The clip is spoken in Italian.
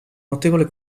notevole